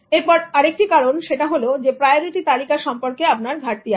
এরপর আরেকটি কারণ সেটা হল প্রায়োরিটি তালিকা সম্পর্কে আপনার ঘাটতি আছে